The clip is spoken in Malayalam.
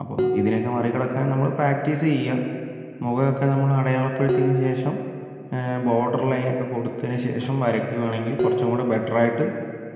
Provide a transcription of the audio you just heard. അപ്പം ഇതിനൊക്കെ മറികടക്കാൻ നമ്മൾ പ്രാക്ടീസ് ചെയ്യുക മുഖമൊക്കെ നമ്മൾ അടയാളപ്പെടുത്തിയതിനു ശേഷം ബോർഡർ ലൈനൊക്കെ കൊടുത്തതിന് ശേഷം വരയ്ക്കുകയാണെങ്കിൽ കുറച്ചും കൂടി ബെറ്റർ ആയിട്ട്